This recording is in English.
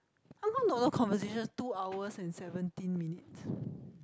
how come got a lot of conversations two hours and seventeen minutes